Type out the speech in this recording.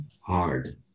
hard